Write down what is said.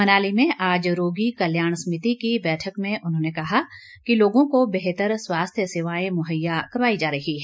मनाली में आज रोगी कल्याण समिति की बैठक में उन्होंने कहा कि लोगों को बेहतर स्वास्थ्य सेवांए मुहैया करवाई जा रही है